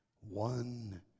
one